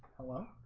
hello